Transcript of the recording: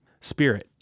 spirit